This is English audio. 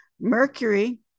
Mercury